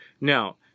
Now